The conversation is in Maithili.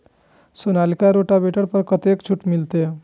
सोनालिका रोटावेटर पर कतेक छूट मिलते?